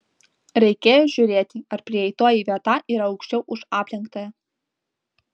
reikėjo žiūrėti ar prieitoji vieta yra aukščiau už aplenktąją